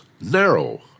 narrow